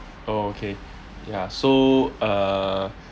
oh okay ya so uh